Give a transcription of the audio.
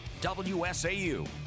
WSAU